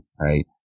right